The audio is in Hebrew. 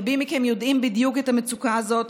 רבים מכם יודעים בדיוק את המצוקה הזאת,